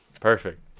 Perfect